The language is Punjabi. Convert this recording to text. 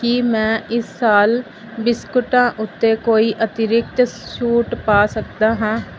ਕੀ ਮੈਂ ਇਸ ਸਾਲ ਬਿਸਕੁਟਾਂ ਉੱਤੇ ਕੋਈ ਅਤੀਰਿਕਤ ਛੂਟ ਪਾ ਸਕਦਾ ਹਾਂ